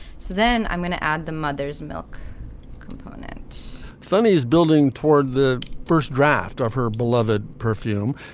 so then i'm going to add the mother's milk component funny is building toward the first draft of her beloved perfume.